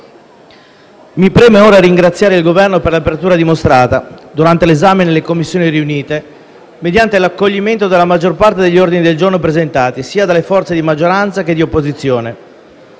Mi preme ora ringraziare il Governo per l’apertura dimostrata durante l’esame nelle Commissioni riunite, mediante l’accoglimento della maggior parte degli ordini del giorno presentati sia dalle forze di maggioranza che di opposizione: